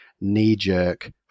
knee-jerk